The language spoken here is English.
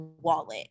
wallet